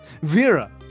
Vera